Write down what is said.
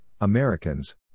Americans